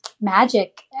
magic